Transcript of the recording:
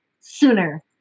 sooner